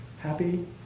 happy